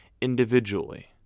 individually